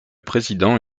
président